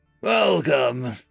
Welcome